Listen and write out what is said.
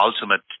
ultimate